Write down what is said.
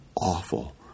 awful